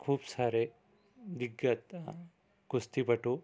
खूप सारे दिग्गत कुस्तीपटू